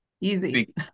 Easy